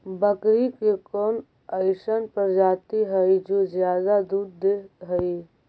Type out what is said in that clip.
बकरी के कौन अइसन प्रजाति हई जो ज्यादा दूध दे हई?